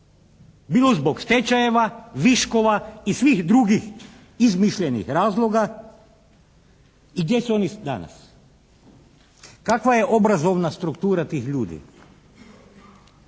bilo zbog stečajeve, viškova i svih drugih izmišljenih razloga i gdje su oni danas? Kakva je obrazovna struktura tih ljudi?